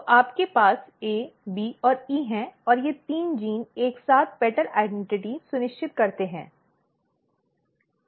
तो आपके पास A B और E है और ये तीन जीन एक साथ पंखुड़ी की पहचान सुनिश्चित करते हैं